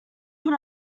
put